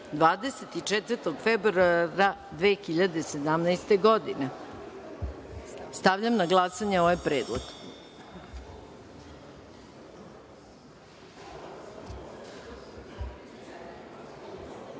24. februara 2017. godine. Stavljam na glasanje ovaj predlog. Molim